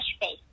Face